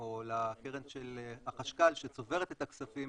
או לקרן החשכ"ל שצוברת את הכספים